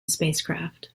spacecraft